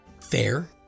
fair